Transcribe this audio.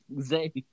Zay